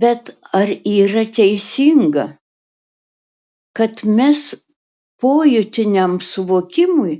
bet ar yra teisinga kad mes pojūtiniam suvokimui